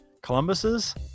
Columbus's